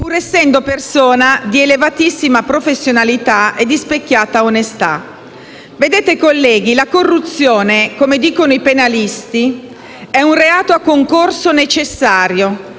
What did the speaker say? la corruzione, come dicono i penalisti, è un reato a concorso necessario,